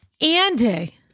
Andy